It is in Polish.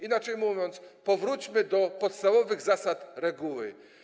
Inaczej mówiąc, powróćmy do podstawowych zasad reguły.